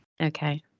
Okay